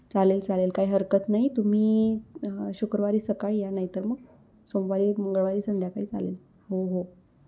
चालेल चालेल काही हरकत नाही तुम्ही शुक्रवारी सकाळी या नाहीतर मग सोमवारी मंगळवारी संध्याकाळी चालेल हो हो